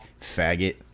Faggot